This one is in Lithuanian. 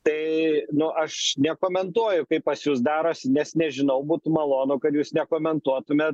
tai nu aš nekomentuoju kaip pas jus darosi nes nežinau būtų malonu kad jūs nekomentuotumėt